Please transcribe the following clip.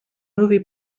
movie